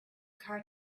car